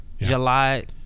july